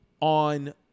on